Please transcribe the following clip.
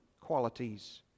qualities